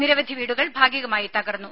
നിരവധി വീടുകൾ ഭാഗികമായി തകർന്നു